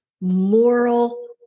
moral